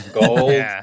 Gold